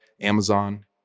Amazon